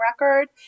record